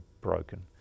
broken